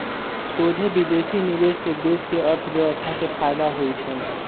सोझे विदेशी निवेश से देश के अर्थव्यवस्था के फयदा होइ छइ